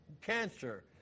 cancer